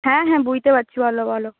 হ্যাঁ হ্যাঁ বুঝতে পারছি বলো বলো